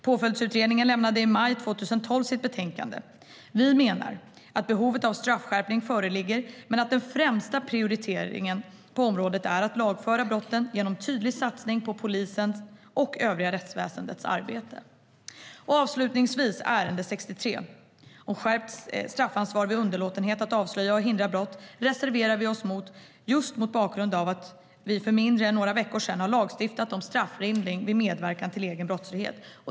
Påföljdsutredningen lämnade i maj 2012 sitt betänkande. Vi menar att behovet av straffskärpning föreligger men att den främsta prioriteringen på området är att lagföra brotten genom en tydlig satsning på polisens och övriga rättsväsendets arbete. När det gäller punkt 63 om skärpt straffansvar vid underlåtenhet att avslöja och hindra brott reserverar vi oss, just mot bakgrund av att vi för mindre än några veckor sedan har lagstiftat om strafflindring vid medverkan till egen brottslighet.